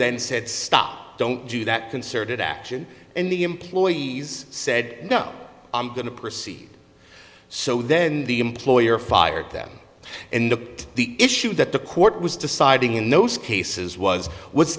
then said stop don't do that concerted action and the employees said no i'm going to proceed so then the employer fired them and looked the issue that the court was deciding in those cases was what's